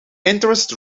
interest